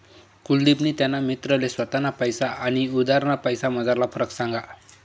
कुलदिपनी त्याना मित्रले स्वताना पैसा आनी उधारना पैसासमझारला फरक सांगा